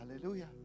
hallelujah